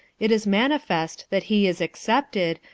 it is manifest that he is excepted,